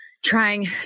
Trying